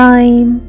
Time